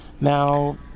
now